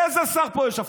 לאיזה שר פה יש אבטחה?